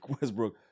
Westbrook